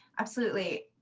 absolutely.